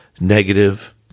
Negative